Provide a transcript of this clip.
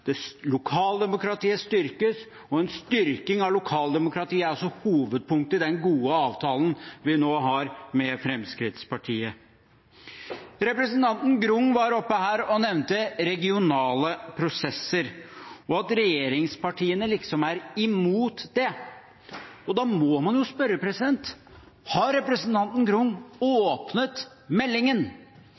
lokaldemokratiet styrkes, og en styrking av lokaldemokratiet er også hovedpunktet i den gode avtalen vi nå har med Fremskrittspartiet. Representanten Grung var oppe her og nevnte regionale prosesser og at regjeringspartiene liksom er imot det. Da må man jo spørre: Har representanten Grung åpnet meldingen,